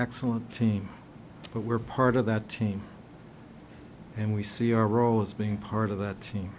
excellent team but we're part of that team and we see our role as being part of that team